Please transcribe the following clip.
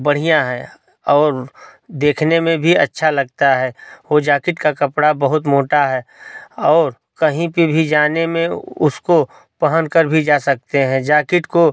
बढ़िया है और देखने में भी अच्छा लगता है वो जाकिट का कपड़ा बहुत मोटा है और कहीं पर भी जाने में उसको पहन कर भी जा सकते हैं जाकिट जाकिट को